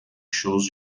shows